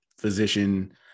physician